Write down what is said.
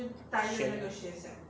学